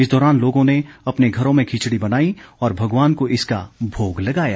इस दौरान लोगों ने अपने घरों में खिचड़ी बनाई और भगवान को इसका भोग लगाया